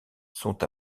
sont